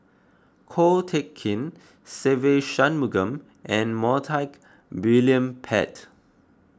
Ko Teck Kin Se Ve Shanmugam and Montague William Pett